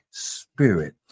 Spirit